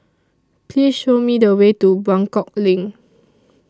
Please Show Me The Way to Buangkok LINK